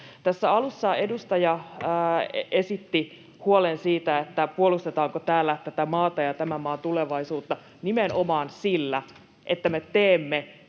Tässä alussa edustaja esitti huolen siitä, puolustetaanko täällä tätä maata ja tämän maan tulevaisuutta. Nimenomaan sillä, että me teemme